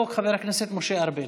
יציג את הצעת החוק חבר הכנסת משה ארבל.